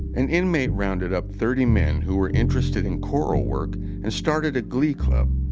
an inmate rounded up thirty men who were interested in choral work and started a glee club.